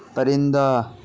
پرندہ